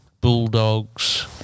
Bulldogs